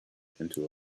into